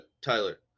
tyler